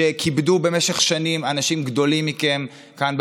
שכיבדו במשך שנים אנשים גדולים מכם כאן,